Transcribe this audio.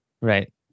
Right